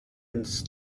ins